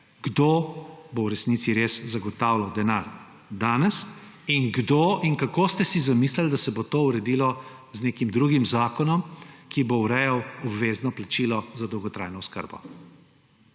kdo bo v resnici res zagotavljal denar danes; in kdo in kako ste si zamislili, da se bo to uredilo z nekim drugim zakonom, ki bo urejal obvezno plačilo za dolgotrajno oskrbo.